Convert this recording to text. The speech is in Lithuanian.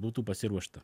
būtų pasiruošta